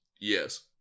Yes